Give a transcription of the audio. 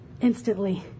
instantly